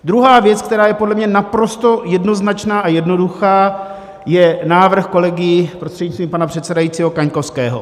Druhá věc, která je podle mě naprosto jednoznačná a jednoduchá, je návrh kolegy, prostřednictvím pana předsedajícího, Kaňkovského.